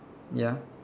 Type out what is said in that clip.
ya